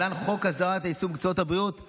של